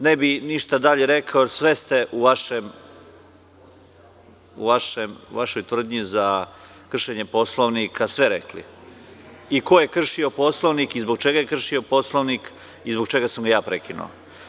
Ne bih ništa dalje rekao, jer ste u vašoj tvrdnji za kršenjem Poslovnika sve rekli, i ko je kršio Poslovnik, i zbog čega je kršio Poslovnik i zbog čega sam ga ja prekinuo.